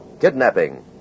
kidnapping